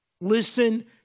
Listen